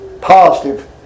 Positive